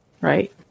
Right